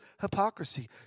hypocrisy